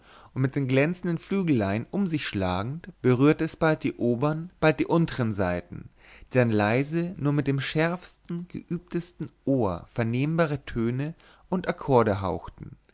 und mit den glänzenden flügelein um sich schlagend berührte es bald die obern bald die untern saiten die dann leise leise nur dem schärfsten geübtesten ohr vernehmbare töne und akkorde hauchten